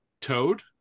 Toad